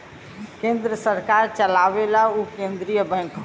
केन्द्र सरकार चलावेला उ केन्द्रिय बैंक होला